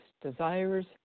desires